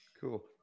cool